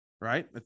Right